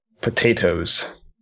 potatoes